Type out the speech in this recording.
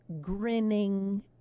grinning